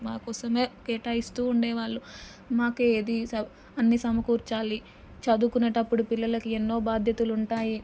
మాకోసమే కేటాయిస్తూ ఉండేవాళ్ళు మాకు ఏది స అన్నీ సమకూర్చాలి చదువుకునేటప్పుడు పిల్లలకి ఎన్నో బాధ్యతలు ఉంటాయి